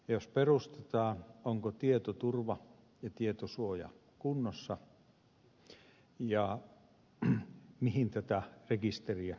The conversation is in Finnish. jos perustetaan onko tietoturva ja tietosuoja kunnossa ja mihin tätä rekisteriä käytetään